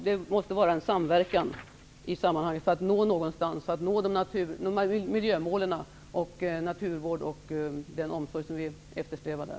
Det måste till en samverkan i sammanhanget för att nå miljömålen och åstadkomma den naturvård och den omsorg som vi eftersträvar.